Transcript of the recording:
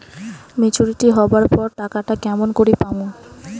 Maturity হবার পর টাকাটা কেমন করি পামু?